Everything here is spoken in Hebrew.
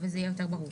הבא: